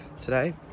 today